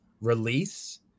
release